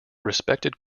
respected